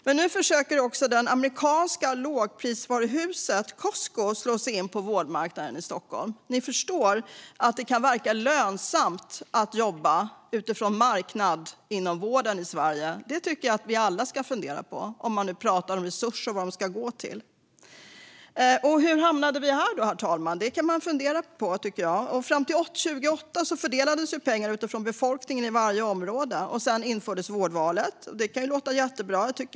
Men nu försöker också det amerikanska lågprisvaruhuset Costco slå sig in på vårdmarknaden i Stockholm. Ni förstår att det kan verka lönsamt att jobba utifrån marknaden inom vården i Sverige. Det tycker jag att vi alla ska fundera på när det pratas om resurser och vad de ska gå till. Herr talman! Hur hamnade vi här? Det tycker jag att man kan fundera på. Fram till 2008 fördelades pengar utifrån befolkningen i varje område. Sedan infördes vårdvalet. Det kan låta jättebra.